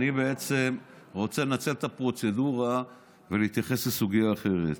אני בעצם רוצה לנצל את הפרוצדורה ולהתייחס לסוגיה אחרת.